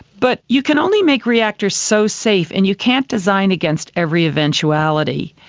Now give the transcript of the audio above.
but you can only make reactors so safe, and you can't design against every eventuality.